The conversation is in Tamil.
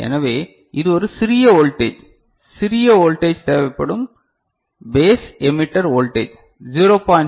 எனவே இது ஒரு சிறிய வோல்டேஜ் சிறிய வோல்டேஜ் தேவைப்படும் பேஸ் எமிட்டர் வோல்டேஜ் 0